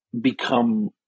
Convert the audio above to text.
become